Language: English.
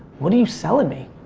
what are you selling me?